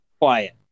quiet